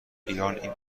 ایران، این